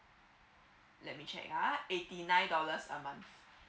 let me check ah eighty nine dollars a month